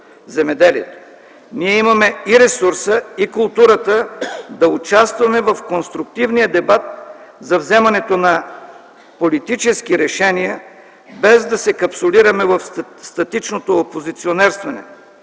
Ние имаме и ресурса, и културата да участваме в конструктивния дебат за вземането на политически решения, без да се капсулираме в статичното опозиционерстване.